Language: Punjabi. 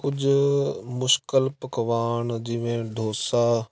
ਕੁਝ ਮੁਸ਼ਕਲ ਪਕਵਾਨ ਜਿਵੇਂ ਡੋਸਾ